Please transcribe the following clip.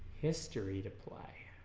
history to play